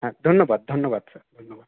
হ্যাঁ ধন্যবাদ ধন্যবাদ স্যার ধন্যবাদ